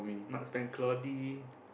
marksman Cloudy